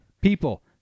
People